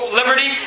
liberty